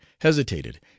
hesitated